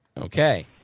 Okay